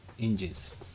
engines